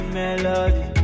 melody